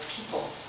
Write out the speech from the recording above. people